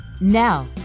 Now